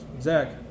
Zach